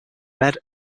bed